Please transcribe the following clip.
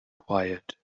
quiet